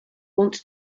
want